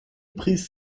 pries